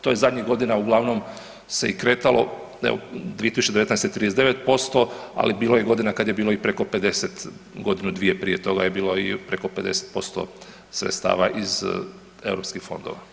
To je zadnjih godina uglavnom se i kretalo 2019. 39%, ali bilo je i godina kad je bilo i preko 50 godinu, dvije prije toga je bilo i preko 50% sredstava iz Europskih fondova.